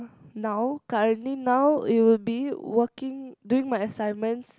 now currently now it will be working doing my assignments